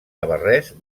navarrès